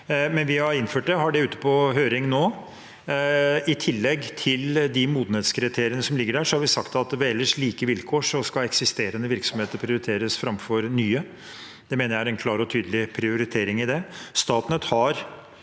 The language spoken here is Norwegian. vi har innført det – det er ute på høring nå. I tillegg til de modenhetskriteriene som ligger der, har vi sagt at ved ellers like vilkår skal eksisterende virksomheter prioriteres framfor nye. Jeg mener det er en klar og tydelig prioritering i det.